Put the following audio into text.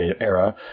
era